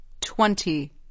Twenty